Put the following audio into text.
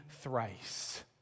thrice